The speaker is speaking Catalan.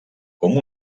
com